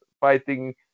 fighting